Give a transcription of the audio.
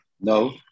No